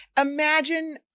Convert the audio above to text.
imagine